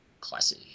Classy